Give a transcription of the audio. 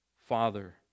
father